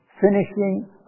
finishing